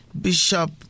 Bishop